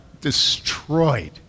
destroyed